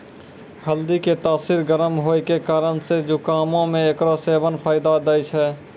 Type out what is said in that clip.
हल्दी के तासीर गरम होय के कारण से जुकामो मे एकरो सेबन फायदा दै छै